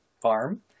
farm